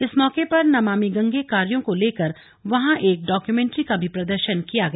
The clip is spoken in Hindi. इस मौके पर नमामि गंगे कार्यो को लेकर वहां एक डॉक्यूमेंट्री का भी प्रदर्शन किया गया